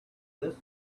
this